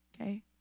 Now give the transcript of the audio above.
okay